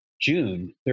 June